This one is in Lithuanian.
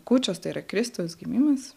kūčios tai yra kristaus gimimas